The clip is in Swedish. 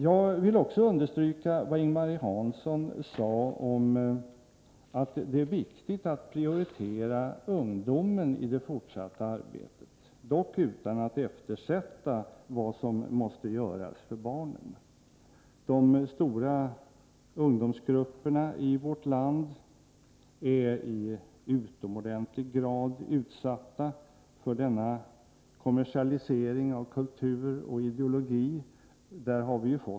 Jag vill också understryka Ing-Marie Hanssons uttalande att det i det fortsatta arbetet är viktigt att prioritera ungdomen, dock utan att eftersätta vad som måste göras för barnen. De stora ungdomsgrupperna i vårt land är i utomordentligt hög grad utsatta för kommersialiseringen av kultur och ideologi.